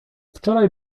wczoraj